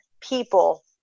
people